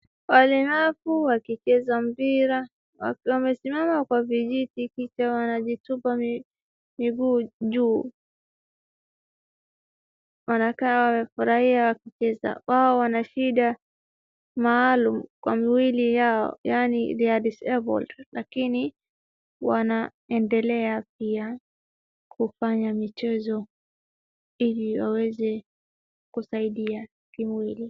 Walemavu wakicheza mpira. Waki wamesimama kwa vijiti kisha wanajitupa miguu juu. Wanakaa wamefurahia wakicheza. Wao wana shida maalum kwa miwili yao. Yaani, they are disabled . Lakini wanaendelea pia kufanya michezo ili waweze kusaidia kimwili.